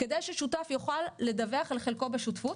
כדי ששותף יוכל לדווח על חלקו בשותפות